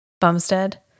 Bumstead